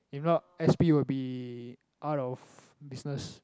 if not s_p would be out of business